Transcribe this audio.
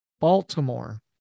Baltimore